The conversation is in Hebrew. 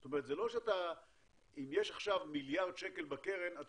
זאת אומרת אם יש עכשיו מיליארד שקל בקרן אתה